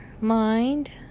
mind